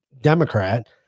Democrat